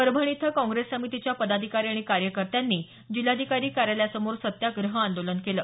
परभणी इथं काँग्रेस समितीच्या पदाधिकारी आणि कार्यकर्त्यांनी जिल्हाधिकारी कार्यालयासमोर सत्याग्रह आंदोलन केलं